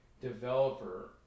developer